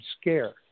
scared